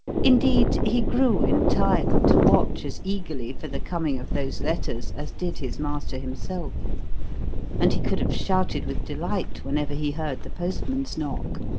indeed, he grew, in time, to watch as eagerly for the coming of those letters as did his master himself and he could have shouted with delight whenever he heard the postman's knock,